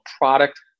product